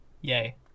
Yay